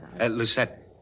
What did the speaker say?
Lucette